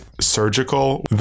surgical